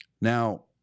Now